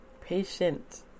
patient